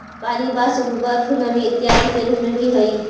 पानी वाष्प, बर्फ नमी इत्यादि के रूप में भी हई